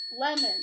Lemon